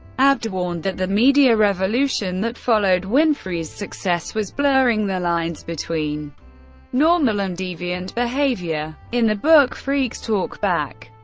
abt warned that the media revolution that followed winfrey's success was blurring the lines between normal and deviant behavior. in the book freaks talk back,